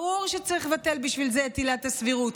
ברור שצריך לבטל בשביל זה את עילת הסבירות,